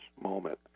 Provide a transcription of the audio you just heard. moment